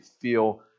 feel